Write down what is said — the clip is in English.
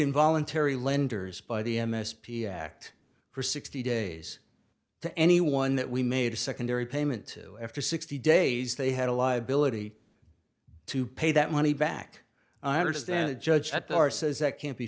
in voluntary lenders by the m s p act for sixty days to anyone that we made a secondary payment to after sixty days they had a liability to pay that money back i understand judge that they are says that can't be